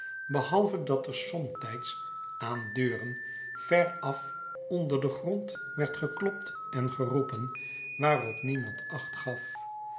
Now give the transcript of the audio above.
behalve dat er somtijds aan deuren veraf onder den grond werd geklopt en geroepen waarop niemand acht gaf